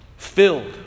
filled